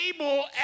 able